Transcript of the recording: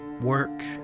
work